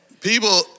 people